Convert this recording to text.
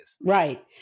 Right